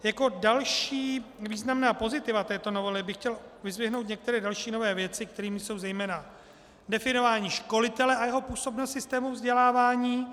Jako další významná pozitiva této novely bych chtěl vyzdvihnout některé další nové věci, kterými jsou zejména definování školitele a jeho působnosti v systému vzdělávání.